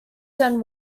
then